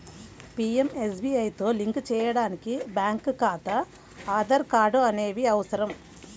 పీయంఎస్బీఐతో లింక్ చేయడానికి బ్యేంకు ఖాతా, ఆధార్ కార్డ్ అనేవి అవసరం